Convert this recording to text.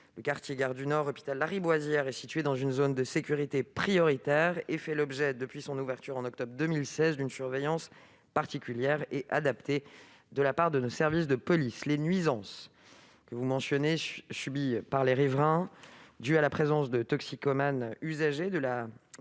le quartier de la gare du Nord et de l'hôpital Lariboisière, est située dans une zone de sécurité prioritaire et fait l'objet, depuis son ouverture en octobre 2016, d'une surveillance particulière et adaptée de la part de nos services de police. Les nuisances subies par les riverains, qui sont liées à la présence de toxicomanes usagers de la